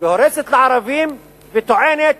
והורסת לערבים וטוענת,